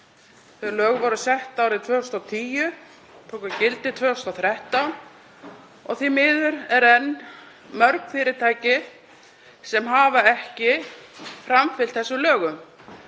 Þau lög voru sett árið 2010, tóku gildi 2013. Því miður eru enn mörg fyrirtæki sem ekki hafa framfylgt þessum lögum